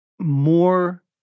more